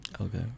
Okay